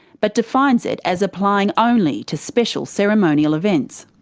but defines it as applying only to special, ceremonial events.